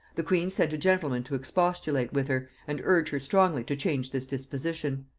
the queen sent a gentleman to expostulate with her, and urge her strongly to change this disposition.